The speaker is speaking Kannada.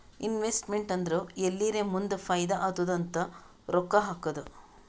ಇನ್ವೆಸ್ಟಮೆಂಟ್ ಅಂದುರ್ ಎಲ್ಲಿರೇ ಮುಂದ್ ಫೈದಾ ಆತ್ತುದ್ ಅಂತ್ ರೊಕ್ಕಾ ಹಾಕದ್